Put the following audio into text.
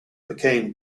became